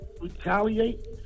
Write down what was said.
retaliate